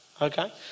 okay